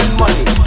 money